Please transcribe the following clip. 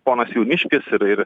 ponas jauniškis ir ir